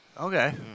okay